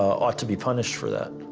ought to be punished for that.